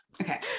Okay